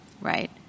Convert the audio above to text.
right